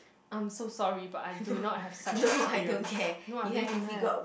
I'm so sorry but I do not have such experience no I really don't have